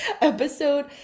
episode